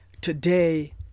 today